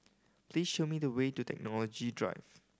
please show me the way to Technology Drive